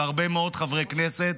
והרבה מאוד חברי כנסת